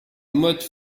motte